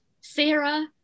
Sarah